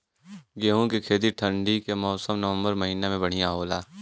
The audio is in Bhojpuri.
गेहूँ के खेती ठंण्डी के मौसम नवम्बर महीना में बढ़ियां होला?